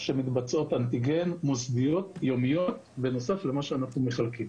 האנטיגן המוסדיות היומיות שמתבצעות בנוסף למה שאנחנו מחלקים.